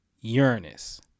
Uranus